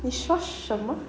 你说什么